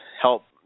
help